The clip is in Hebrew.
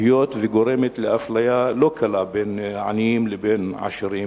היות שהיא גורמת לאפליה לא קלה בין עניים לבין עשירים,